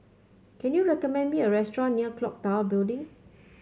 can you recommend me a restaurant near clock Tower Building